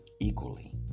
Equally